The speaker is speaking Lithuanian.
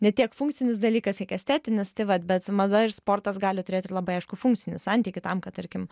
ne tiek funkcinis dalykas kiek estetinis tai vat bet mada ir sportas gali turėti ir labai aiškų funkcinį santykį tam kad tarkim